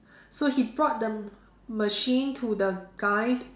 so he brought the machine to the guy's